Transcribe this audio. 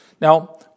Now